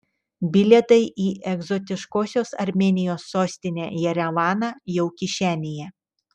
bilietai į egzotiškosios armėnijos sostinę jerevaną jau kišenėje